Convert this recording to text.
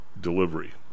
delivery